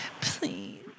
please